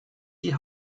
die